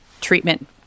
treatment